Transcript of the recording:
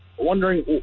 wondering